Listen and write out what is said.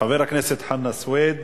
חבר הכנסת חנא סוייד.